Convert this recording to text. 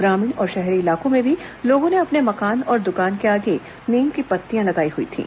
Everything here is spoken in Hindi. ग्रामीण और शहरी इलाकों में भी लोगों ने अपने मकान और दुकान के आगे नीम की पत्तियां लगाई हुई थीं